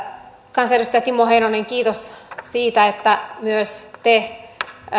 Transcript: kansanedustaja timo heinonen kiitos siitä että myös te